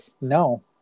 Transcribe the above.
no